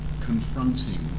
confronting